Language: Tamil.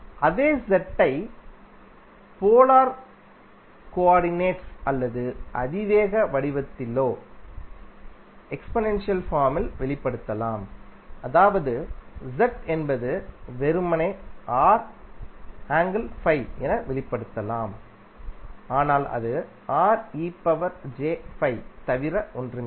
அதே z ஐ போலார் கோஆர்டினேட்ஸ் அல்லது அதிவேக வடிவத்திலோ வெளிப்படுத்தலாம் அதாவது z என்பது வெறுமனே என வெளிப்படுத்தப்படலாம் ஆனால் அது தவிர ஒன்றுமில்லை